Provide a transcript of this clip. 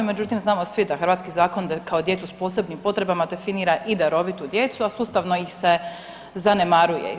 Međutim, znamo svi da hrvatski zakon kao djecu s posebnom potrebama definira i darovitu djecu, a sustavno ih se zanemaruje.